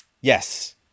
Yes